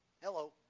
Hello